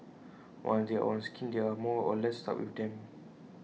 once they are on A scheme they are more or less stuck with them